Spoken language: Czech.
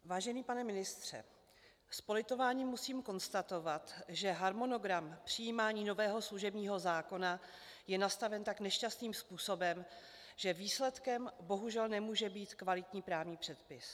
Vážený pane ministře, s politováním musím konstatovat, že harmonogram přijímání nového služebního zákona je nastaven tak nešťastným způsobem, že výsledkem bohužel nemůže být kvalitní právní předpis.